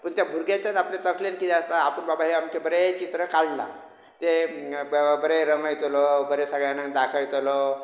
पूण त्या भुरग्याच्या आपल्या तकलेन कितें आसा आपूण बाबा हे अमके बरें चित्र काडला ते बरें रंगयतलो बरें सगळें जाणांक दाखयतलो